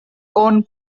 own